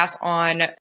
on